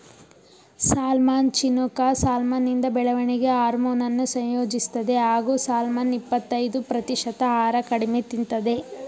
salmon Chinook ಸಾಲ್ಮನಿಂದ ಬೆಳವಣಿಗೆ ಹಾರ್ಮೋನನ್ನು ಸಂಯೋಜಿಸ್ತದೆ ಹಾಗೂ ಸಾಲ್ಮನ್ನ ಇಪ್ಪತಯ್ದು ಪ್ರತಿಶತ ಆಹಾರ ಕಡಿಮೆ ತಿಂತದೆ